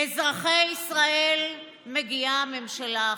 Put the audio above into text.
לאזרחי ישראל מגיעה ממשלה אחרת,